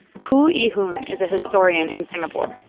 khoo ee-hoon is a historian in singapore.